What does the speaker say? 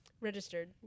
Registered